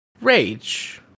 Rage